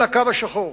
אל הקו השחור.